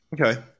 Okay